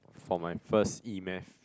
for my first E math